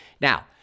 Now